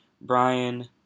Brian